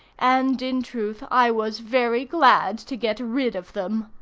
and in truth i was very glad to get rid of them.